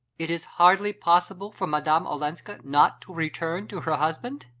it is hardly possible for madame olenska not to return to her husband?